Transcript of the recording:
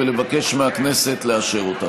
ולבקש מהכנסת לאשר אותה.